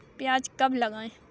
प्याज कब लगाएँ?